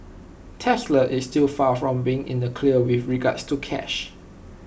Tesla is still far from being in the clear with regards to cash